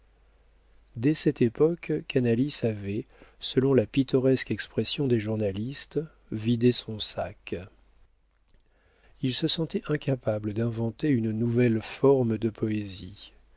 dès cette époque canalis avait selon la pittoresque expression des journalistes vidé son sac il se sentait incapable d'inventer une nouvelle fortune de poésie